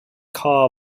car